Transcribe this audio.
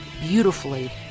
beautifully